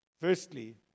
Firstly